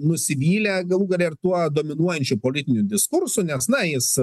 nusivylę galų gale ir tuo dominuojančiu politiniu diskursu nes na jis